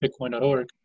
Bitcoin.org